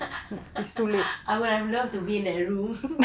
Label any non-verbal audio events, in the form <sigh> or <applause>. <laughs> I would have loved to be in that room <laughs>